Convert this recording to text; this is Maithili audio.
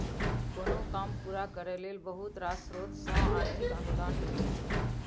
कोनो काम पूरा करय लेल बहुत रास स्रोत सँ आर्थिक अनुदान भेटय छै